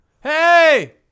Hey